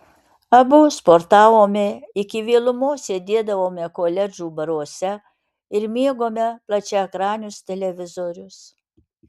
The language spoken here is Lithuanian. abu sportavome iki vėlumos sėdėdavome koledžų baruose ir mėgome plačiaekranius televizorius